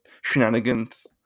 shenanigans